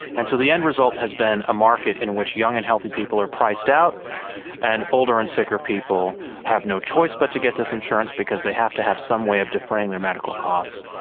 and so the end result has been a market in which young and healthy people are priced out and older and sicker of people have no choice but to get this insurance because they have to have some way of deferring their medical costs.